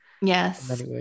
Yes